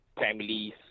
families